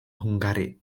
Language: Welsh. hwngari